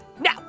Now